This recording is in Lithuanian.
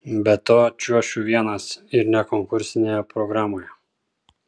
be to čiuošiu vienas ir ne konkursinėje programoje